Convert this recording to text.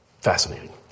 Fascinating